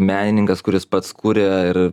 menininkas kuris pats kuria ir